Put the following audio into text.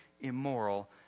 immoral